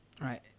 Right